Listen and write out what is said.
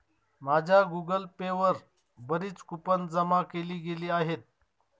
माझ्या Google Pay वर बरीच कूपन जमा केली गेली आहेत